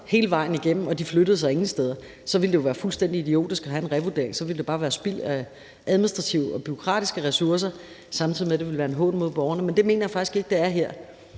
hele vejen igennem og ikke flyttede sig nogen steder. Så ville det jo være fuldstændig idiotisk at have en revurdering. Så ville det bare være spild af administrative og bureaukratiske ressourcer, samtidig med at det ville være en hån mod borgerne. Men det mener jeg faktisk ikke det er her.